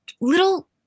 Little